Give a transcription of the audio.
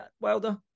Wilder